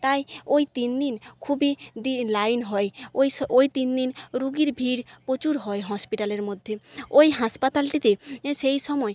তাই ওই তিন দিন খুবই দি লাইন হয় ওই স ওই তিন দিন রুগীর ভিড় প্রচুর হয় হসপিটালের মধ্যে ওই হাসপাতালটিতে সেই সময়